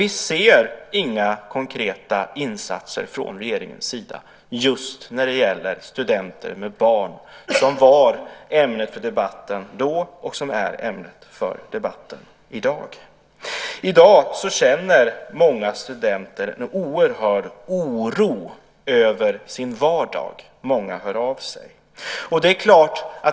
Vi ser inga konkreta insatser från regeringens sida när det gäller just studenter med barn. Det var ämnet för debatten då, och det är ämnet för debatten i dag. I dag känner många studenter en oerhörd oro över sin vardag. Många hör av sig.